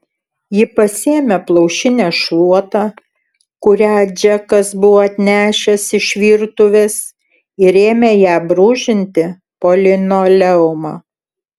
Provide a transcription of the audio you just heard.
ji pasiėmė plaušinę šluotą kurią džekas buvo atnešęs iš virtuvės ir ėmė ja brūžinti po linoleumą